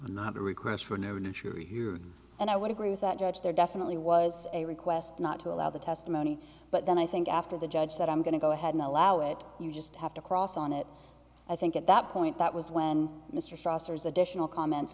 not a request for noon issue here and i would agree with that judge there definitely was a request not to allow the testimony but then i think after the judge said i'm going to go ahead and allow it you just have to cross on it i think at that point that was when mr saucers additional comment